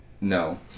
No